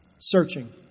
searching